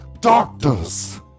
doctors